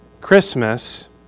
Christmas